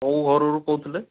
କେଉଁ ଘରରୁ କହୁଥିଲେ